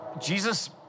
Jesus